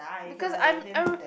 because I'm I re~